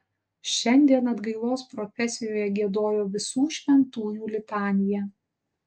šiandien atgailos profesijoje giedojo visų šventųjų litaniją